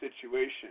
situation